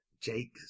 Jake